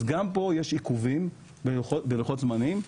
אז גם פה יש עיכובים בלוחות הזמנים.